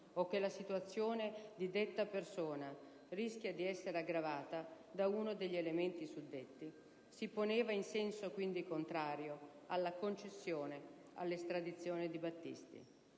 o che la situazione di detta persona rischia di essere aggravata da uno degli elementi suddetti»), si poneva in senso contrario alla concessione dell'estradizione di Battisti;